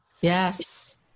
Yes